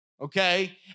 okay